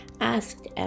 asked